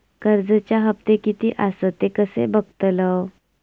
कर्जच्या हप्ते किती आसत ते कसे बगतलव?